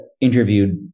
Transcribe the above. interviewed